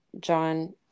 john